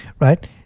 Right